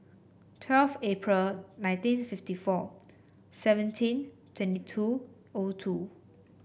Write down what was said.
twelve April nineteen fifty four seventeen twenty two O two